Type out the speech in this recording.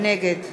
נגד